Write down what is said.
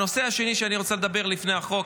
הנושא השני שאני רוצה לדבר עליו לפני החוק,